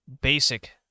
basic